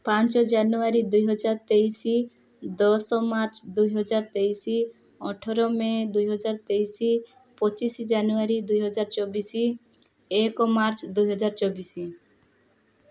ପାଞ୍ଚ ଜାନୁଆରୀ ଦୁଇ ହଜାର ତେଇଶି ଦଶ ମାର୍ଚ୍ଚ ଦୁଇ ହଜାର ତେଇଶି ଅଠର ମେ ଦୁଇ ହଜାର ତେଇଶି ପଚିଶି ଜାନୁଆରୀ ଦୁଇ ହଜାର ଚବିଶି ଏକ ମାର୍ଚ୍ଚ ଦୁଇ ହଜାର ଚବିଶି